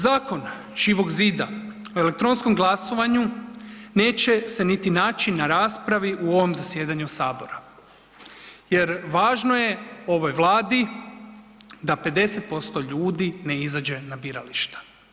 Zakon Živog zida o elektronskom glasovanju neće se niti naći na raspravi u ovom zasjedanju Sabora jer važno je ovoj Vladi da 50% ljudi ne izađe na birališta.